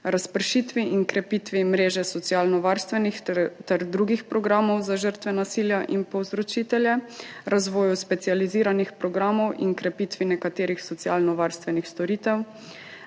razpršitvi in krepitvi mreže socialnovarstvenih ter drugih programov za žrtve nasilja in povzročitelje, razvoju specializiranih programov in krepitvi nekaterih socialnovarstvenih storitev,